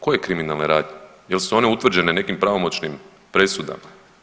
Koje kriminalne radnje, jesu one utvrđene nekim pravomoćnim presudama.